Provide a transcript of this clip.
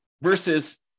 versus